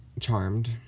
Charmed